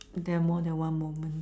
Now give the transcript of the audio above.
there are more than one moment